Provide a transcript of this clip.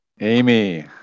Amy